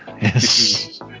Yes